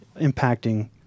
impacting